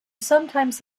sometimes